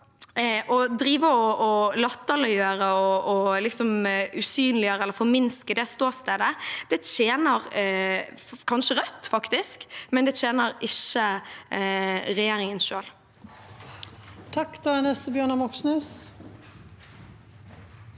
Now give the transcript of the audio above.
Å drive og latterliggjøre og usynliggjøre eller forminske det ståstedet tjener kanskje Rødt – faktisk – men det tjener ikke regjeringen selv. Bjørnar Moxnes